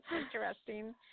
interesting